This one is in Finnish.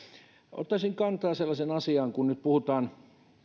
ottaisin kantaa sellaiseen asiaan kun nyt